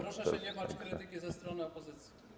Proszę się nie bać krytyki ze strony opozycji.